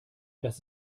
das